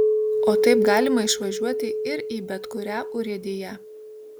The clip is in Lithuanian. o taip galima išvažiuoti ir į bet kurią urėdiją